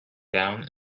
down